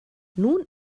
nun